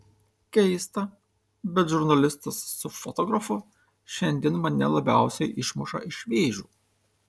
keista bet žurnalistas su fotografu šiandien mane labiausiai išmuša iš vėžių